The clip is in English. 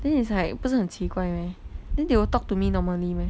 then it's like 不是很奇怪 meh then they will talk to me normally meh